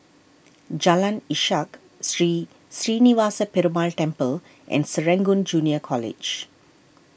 Jalan Ishak Sri Srinivasa Perumal Temple and Serangoon Junior College